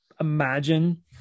imagine